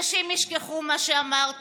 אנשים ישכחו את מה שאמרת,